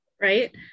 Right